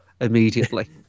Immediately